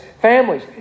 families